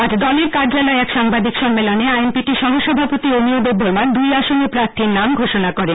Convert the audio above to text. আজ দলের কার্যালয়ে এক সাংবাদিক সম্মেলনে আইএনপিটি র সহ সভাপতি অমিয় দেববর্মা দুই আসনে প্রার্থীর নাম ঘোষণা করেন